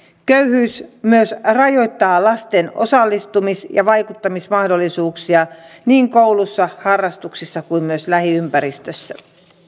köyhyys myös rajoittaa lasten osallistumis ja vaikuttamismahdollisuuksia niin koulussa harrastuksissa kuin myös lähiympäristössä